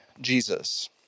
Jesus